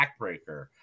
backbreaker